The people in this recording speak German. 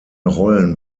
rollen